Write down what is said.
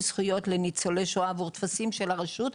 זכויות לניצולי שואה עבור טפסים של הרשות,